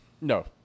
No